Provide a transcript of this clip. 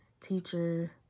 teacher